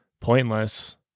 pointless